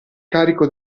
carico